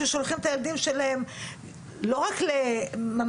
ששולחים את הילדים שלהם לא רק לחמ"ד,